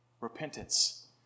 Repentance